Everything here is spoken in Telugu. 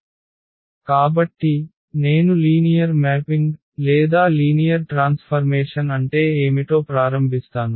కాబట్టి నేను లీనియర్ మ్యాపింగ్ లేదా లీనియర్ ట్రాన్స్ఫర్మేషన్ అంటే ఏమిటో ప్రారంభిస్తాను